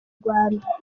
rwanda